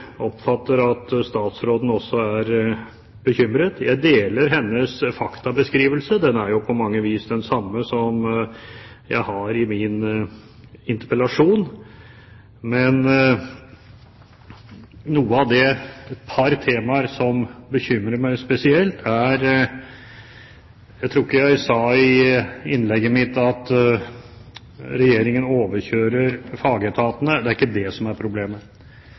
oppfatter at statsråden også er bekymret. Jeg deler hennes faktabeskrivelse. Den er jo på mange vis den samme som jeg har i min interpellasjon. Men det er et par temaer som bekymrer meg spesielt. Jeg tror ikke jeg sa i innlegget mitt at Regjeringen overkjører fagetatene – det er ikke det som er problemet.